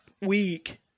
week